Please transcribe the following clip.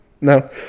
no